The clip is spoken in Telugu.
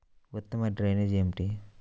ఉత్తమ డ్రైనేజ్ ఏమిటి?